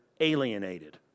alienated